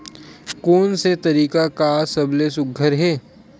कोन से तरीका का सबले सुघ्घर हे?